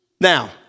Now